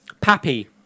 Pappy